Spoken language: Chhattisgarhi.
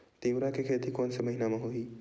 तीवरा के खेती कोन से महिना म होही?